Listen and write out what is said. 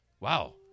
Wow